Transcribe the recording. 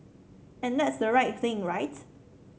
and that's the right thing right